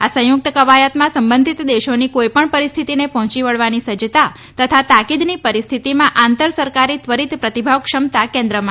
આ સંયુક્ત કવાયતમાં સંબંધીત દેશોની કોઇપણ પરિસ્થિતિને પહોંચી વળવાની સજ્જતા તથા તાકીદની પરિસ્થીતિમાં આંતર સરકારી ત્વરીત પ્રતિભાવ ક્ષમતા કેન્દ્રમાં રહેશે